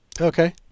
Okay